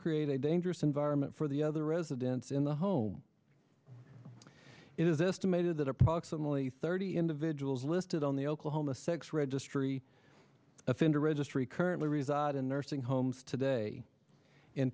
create a dangerous environment for the other residents in the home it is estimated that approximately thirty individuals listed on the oklahoma sex registry offender registry currently reside and nursing homes today in